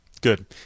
Good